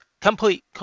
Complete